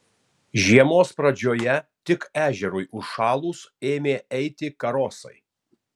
žiemos pradžioje tik ežerui užšalus ėmę eiti karosai